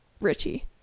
richie